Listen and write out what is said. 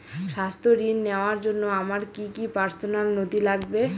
স্বাস্থ্য ঋণ নেওয়ার জন্য আমার কি কি পার্সোনাল নথি লাগবে?